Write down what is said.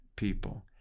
people